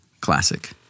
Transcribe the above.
classic